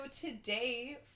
today